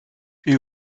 une